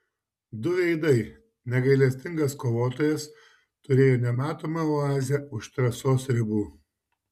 du veidai negailestingas kovotojas turėjo nematomą oazę už trasos ribų